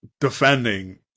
defending